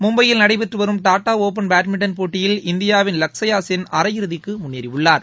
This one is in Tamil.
மும்பையில் நடைபெற்று வரும் டாட்டா ஒப்பள் பேட்மிண்டன் போட்டியில் இந்தியாவின் லக்ஷயாசென் அரை இறுதிக்கு முன்னேறியுள்ளார்